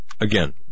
Again